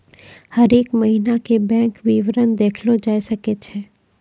हरेक महिना के बैंक विबरण देखलो जाय सकै छै